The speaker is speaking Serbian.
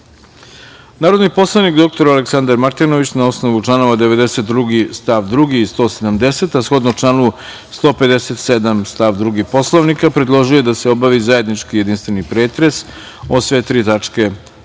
udesa. Narodni poslanik dr Aleksandar Martinović, na osnovu članova 92. stav 2. i 170. a shodno članu 157. stav 2. Poslovnika predložio je da se obavi zajednički, jedinstveni pretres o sve tri tačke